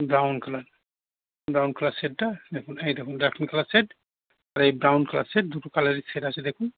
brown colour brown colour শেডটা দেখুন এই দেখুন ল্যাকমি কালার শেড আর এই ব্রাউন কালার শেড দুটো কালারই শেড আছে দেখুন